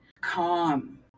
calm